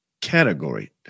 category